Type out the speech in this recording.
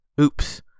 oops